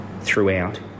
throughout